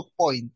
point